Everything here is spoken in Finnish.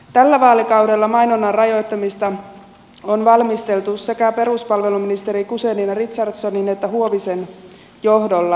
tällä vaalikaudella mainonnan rajoittamista on valmisteltu sekä peruspalveluministeri guzenina richardsonin että huovisen johdolla